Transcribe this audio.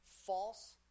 false